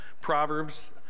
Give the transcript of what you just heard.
Proverbs